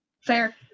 fair